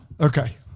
Okay